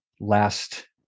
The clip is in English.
last